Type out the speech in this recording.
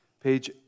Page